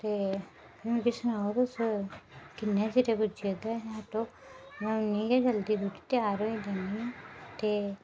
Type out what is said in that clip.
ते मिगी सनाओ तुस किन्ना चिरें पुज्जी आगे आटो में उ'न्नी गै जल्दी त्यार होई जन्नियां ते